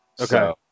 Okay